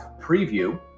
preview